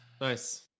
Nice